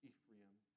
Ephraim